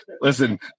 listen